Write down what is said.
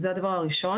זה הדבר הראשון.